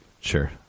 sure